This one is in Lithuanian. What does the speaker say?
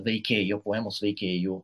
veikėjų poemos veikėjų